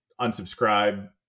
unsubscribe